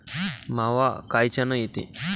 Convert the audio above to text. मावा कायच्यानं येते?